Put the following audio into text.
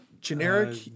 generic